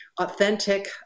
authentic